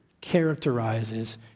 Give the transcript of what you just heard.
characterizes